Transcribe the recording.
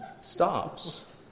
stops